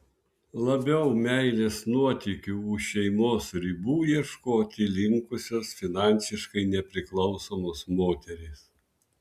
labiau meilės nuotykių už šeimos ribų ieškoti linkusios finansiškai nepriklausomos moterys